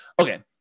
okay